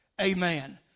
Amen